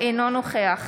אינו נוכח